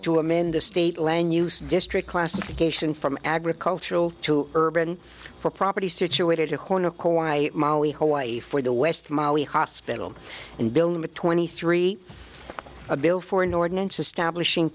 to amend the state lange use district classification from agricultural to urban for property situated a corner quiet molly hawaii for the west molly hospital and bilma twenty three a bill for an ordinance establishing